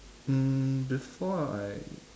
um before I